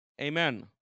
Amen